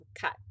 Cut